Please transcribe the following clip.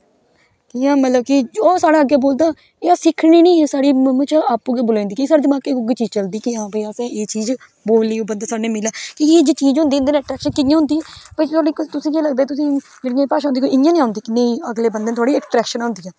इयां मतलब की ओह सारा अग्गे बोलदा एह् सिक्खनी नेई एह् साढ़ी बिच आपू गै बलोई जंदी कि के एह् जेहड़ी चीज होंदी इंदे कन्ने इंटरकशन कियां होंदी तुसे गी केह् लगदा तुसेगी एह् नेई अगले बंदे कन्ने थोह्ड़ी अटरेक्शन होंदी ऐ